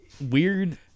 Weird